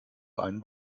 einen